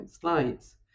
slides